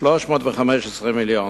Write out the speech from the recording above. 315 מיליון.